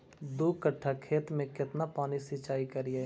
दू कट्ठा खेत में केतना पानी सीचाई करिए?